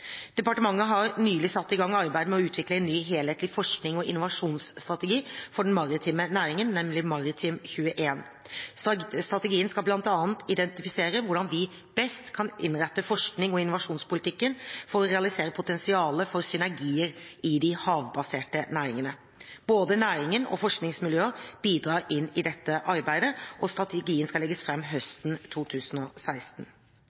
Departementet har nylig satt i gang arbeid med å utvikle en ny helhetlig forsknings- og innovasjonsstrategi for den maritime næringen, Maritim2l. Strategien skal bl.a. identifisere hvordan vi best kan innrette forsknings- og innovasjonspolitikken for å realisere potensialet for synergier i de havbaserte næringene. Både næringen og forskningsmiljøene bidrar inn i dette arbeidet, og strategien skal legges